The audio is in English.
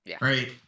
Right